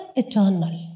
eternal